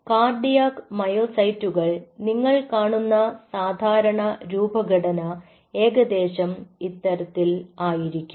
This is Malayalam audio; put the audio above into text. കാർഡിയാക് മയോസൈറ്റുകളിൽ നിങ്ങൾ കാണുന്ന സാധാരണ രൂപഘടന ഏകദേശം ഇത്തരത്തിൽ ആയിരിക്കും